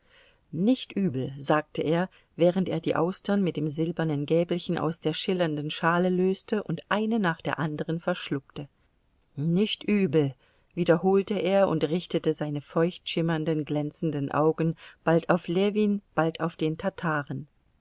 nicht übel sagte er während er die austern mit dem silbernen gäbelchen aus der schillernden schale löste und eine nach der anderen verschluckte nicht übel wiederholte er und richtete seine feucht schimmernden glänzenden augen bald auf ljewin bald auf den tataren